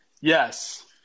Yes